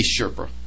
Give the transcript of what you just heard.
Sherpa